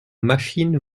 machine